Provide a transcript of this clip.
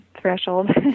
threshold